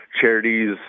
charities